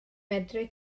medru